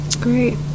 Great